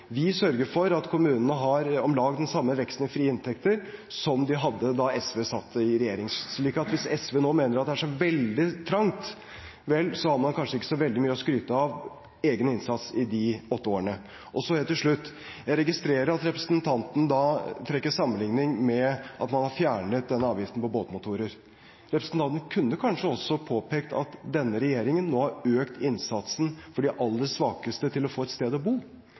frie inntekter som de hadde da SV satt i regjering, slik at hvis SV nå mener at det er så veldig trangt – vel, så har man kanskje ikke så veldig mye å skryte av når det gjelder egen innsats i de åtte årene. Så helt til slutt: Jeg registrerer at representanten trekker en sammenligning med at man har fjernet denne avgiften på båtmotorer. Representanten kunne kanskje også påpekt at denne regjeringen har økt innsatsen for at de aller svakeste skal få et sted å bo